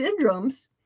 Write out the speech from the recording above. syndromes